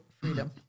freedom